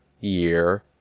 year